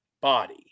body